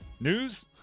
News